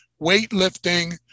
weightlifting